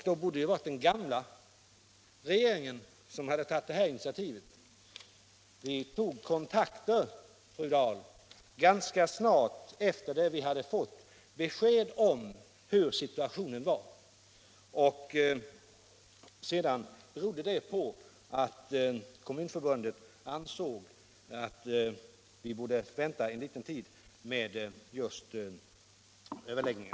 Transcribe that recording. Då borde det ha varit den gamla regeringen som tagit initiativet. Vi tog kontakter, fru Dahl, ganska snart efter det att vi fått besked om situationen. Kommunförbundet ansåg då att vi borde vänta en liten tid med överläggningar.